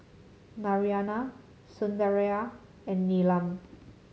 Naraina Sundaraiah and Neelam